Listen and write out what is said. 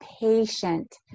patient